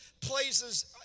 places